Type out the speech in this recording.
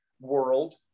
world